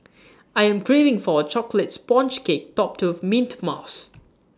I am craving for A Chocolate Sponge Cake Topped with Mint Mousse